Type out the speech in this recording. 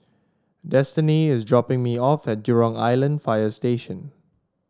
Destini is dropping me off at Jurong Island Fire Station